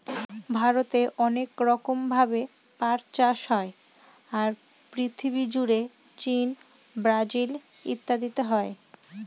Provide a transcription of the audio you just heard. ভারতে অনেক রকম ভাবে পাট চাষ হয়, আর পৃথিবী জুড়ে চীন, ব্রাজিল ইত্যাদিতে হয়